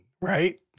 right